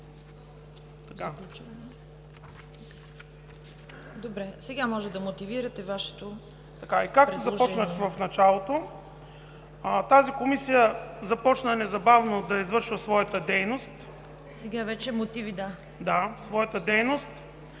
Сега можете да мотивирате Вашето предложение.